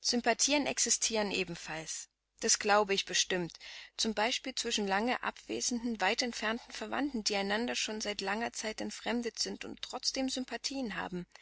sympathien existieren ebenfalls das glaube ich bestimmt zum beispiel zwischen lange abwesenden weit entfernten verwandten die einander schon seit langer zeit entfremdet sind und trotzdem sympathien haben